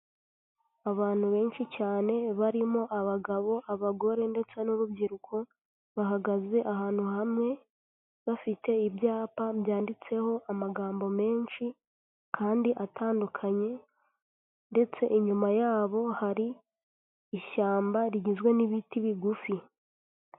Abantu benshi cyane, barimo abagabo abagore ndetse n'urubyiruko, bahagaze ahantu hamwe, bafite ibyapa byanditseho amagambo menshi, kandi atandukanye, ndetse inyuma yabo hari ishyamba, rigizwe n'ibiti bigufi.